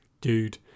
dude